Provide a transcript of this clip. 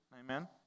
Amen